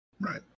Right